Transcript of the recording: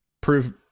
Prove